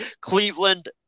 Cleveland